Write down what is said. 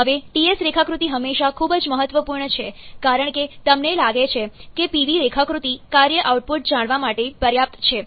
હવે Ts રેખાકૃતિ હંમેશા ખૂબ જ મહત્વપૂર્ણ છે કારણ કે તમને લાગે છે કે Pv રેખાકૃતિ કાર્ય આઉટપુટ જાણવા માટે પર્યાપ્ત છે